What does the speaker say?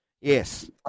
Yes